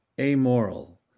amoral